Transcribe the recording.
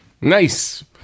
Nice